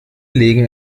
legen